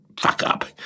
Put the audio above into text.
fuck-up